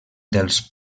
dels